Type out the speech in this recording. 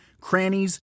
crannies